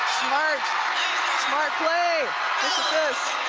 smart smart play this.